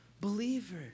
Believer